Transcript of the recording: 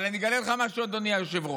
אבל אני אגלה לך משהו, אדוני היושב-ראש: